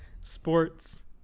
sports